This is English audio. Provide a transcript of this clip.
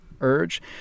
urge